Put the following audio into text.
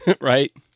right